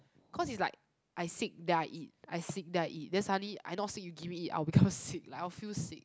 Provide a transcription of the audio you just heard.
cause it's like I sick then I eat I sick then I eat then suddenly I not sick you give me eat I will become sick like I will feel sick